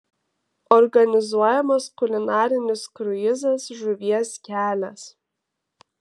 organizuojamas kulinarinis kruizas žuvies kelias